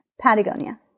Patagonia